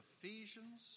Ephesians